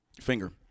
finger